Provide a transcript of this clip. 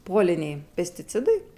puoliniai pesticidai